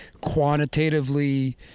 quantitatively